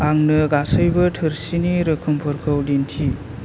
आंनो गासैबो थोरसिनि रोखोमफोरखौ दिन्थि